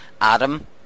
adam